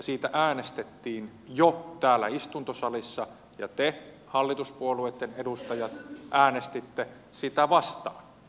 siitä äänestettiin jo täällä istuntosalissa ja te hallituspuolueitten edustajat äänestitte sitä vastaan